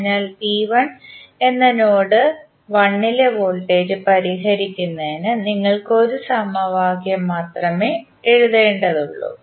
അതിനാൽ വി1 എന്ന നോഡ് 1 ലെ വോൾട്ടേജ് പരിഹരിക്കുന്നതിന് നിങ്ങൾ ഒരു സമവാക്യം മാത്രമേ എഴുതേണ്ടതുള്ളൂ